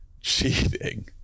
cheating